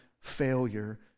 failure